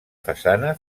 façana